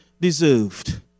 deserved